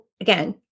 Again